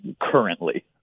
currently